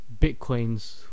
bitcoins